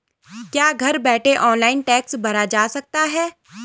क्या घर बैठे ऑनलाइन टैक्स भरा जा सकता है?